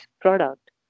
product